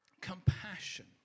compassion